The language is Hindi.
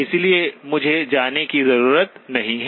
इसलिए मुझे जाने की जरूरत नहीं है